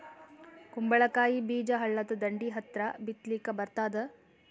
ಕುಂಬಳಕಾಯಿ ಬೀಜ ಹಳ್ಳದ ದಂಡಿ ಹತ್ರಾ ಬಿತ್ಲಿಕ ಬರತಾದ?